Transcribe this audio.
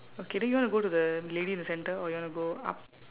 okay then you wanna go to the lady in the center or you wanna go up